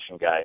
guy